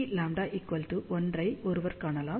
Cλ1 ஐ ஒருவர் காணலாம்